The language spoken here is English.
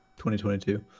2022